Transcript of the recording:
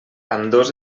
ambdós